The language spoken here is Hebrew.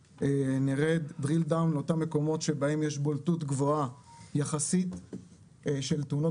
נרד דרילדאון לאותם מקומות שבהם יש בולטות גבוהה יחסית של תאונות